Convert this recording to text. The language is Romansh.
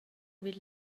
vid